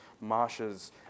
marshes